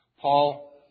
Paul